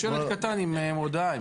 שלט קטן עם מודעה.